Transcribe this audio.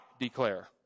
declare